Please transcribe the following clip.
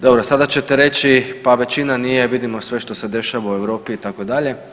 Dobro, sada ćete reći pa većina nije vidimo sve što se dešava u Europi itd.